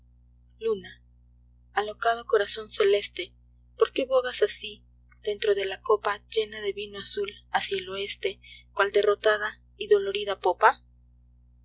luna alocado corazón celeste porqué bogas así dentro la copa llena de vino azul hacia el oeste mal derrotada v dolorida popa